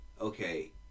okay